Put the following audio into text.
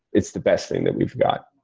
it's the best thing that we've got,